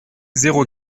zéro